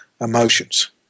emotions